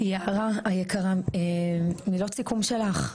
יערה היקרה, מילות סיכום שלך.